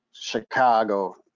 Chicago